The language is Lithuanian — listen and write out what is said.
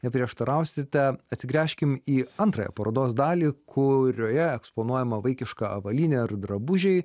neprieštarausite atsigręžkime į antrąją parodos dalį kurioje eksponuojama vaikiška avalynė ar drabužiai